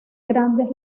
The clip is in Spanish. grandes